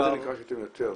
--- זה